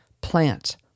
plant